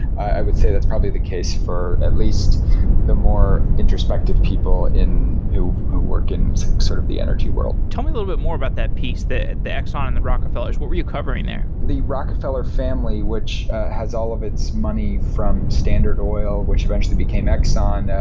i would say that's probably the case for at least the more introspective people who who work in sort of the energy world tell me a little bit more about that piece, the the exxon and the rockefellers, what were you covering there? the rockefeller family, which has all of its money from standard oil, which eventually became exxon,